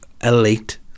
elite